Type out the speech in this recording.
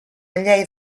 llei